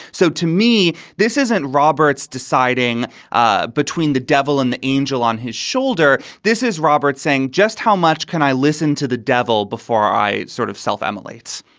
so to me, this isn't roberts deciding ah between the devil and the angel on his shoulder. this is roberts saying, just how much can i listen to the devil before i sort of self emulates?